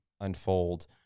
unfold